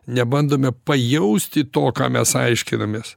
nebandome pajausti to ką mes aiškinamės